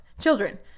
children